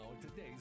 today's